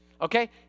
Okay